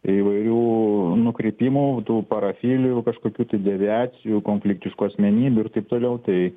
įvairių nukrypimų tų parafilijų kažkokių deviacijų konfliktiškų asmenybių ir taip toliau tai